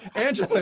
and